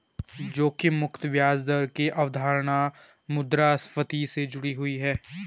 जोखिम मुक्त ब्याज दर की अवधारणा मुद्रास्फति से जुड़ी हुई है